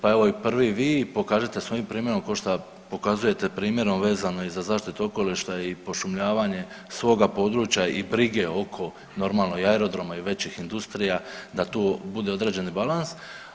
Pa evo i prvi vi pokažite svojim primjerom kao što pokazujete primjerom vezano i za zaštitu okoliša i pošumljavanje svoga područja i brige oko normalno i aerodroma i većih industrija da tu bude određeni balans.